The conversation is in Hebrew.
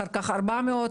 אחר כך אמרו 400,